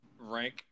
rank